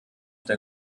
der